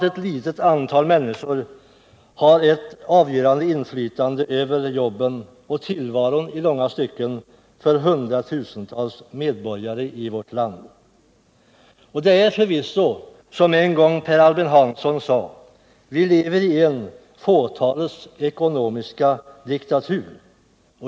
Ett litet antal människor har nu ett avgörande inflytande över jobben och tillvaron i långa stycken för hundratusentals medborgare i vårt land. Det är förvisso som Per Albin Hansson sagt en gång: Vi lever i en ”fåtalets ekonomiska diktatur”.